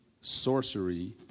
sorcery